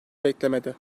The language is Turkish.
beklemede